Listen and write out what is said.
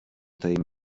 tajem